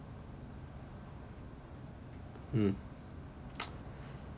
hmm